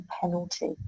penalty